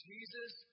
Jesus